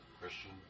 Christian